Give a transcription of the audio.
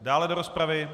Dále do rozpravy?